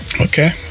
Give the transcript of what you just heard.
Okay